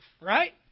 right